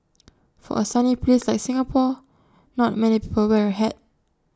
for A sunny place like Singapore not many people wear A hat